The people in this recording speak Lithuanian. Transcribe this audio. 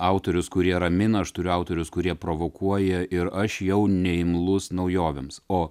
autorius kurie ramina aš turiu autorius kurie provokuoja ir aš jau ne imlus naujovėms o